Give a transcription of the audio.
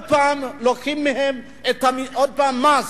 לוקחים מהם עוד פעם מס.